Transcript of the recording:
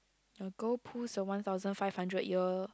your girl pulls the one thousand five hundred year